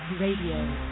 Radio